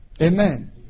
Amen